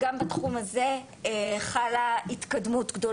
שנת 2021 היו 532 רופאים בעלי תעודת מומחיות